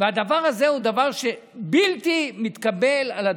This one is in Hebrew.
הדבר הזה הוא דבר בלתי מתקבל על הדעת.